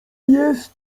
jest